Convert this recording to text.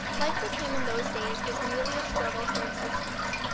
life with him in those days was merely a struggle for existence.